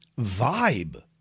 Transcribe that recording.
vibe